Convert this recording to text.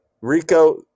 Rico